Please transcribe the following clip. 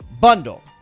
bundle